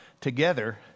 together